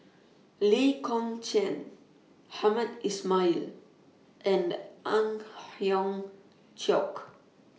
Lee Kong Chian Hamed Ismail and Ang Hiong Chiok